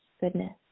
goodness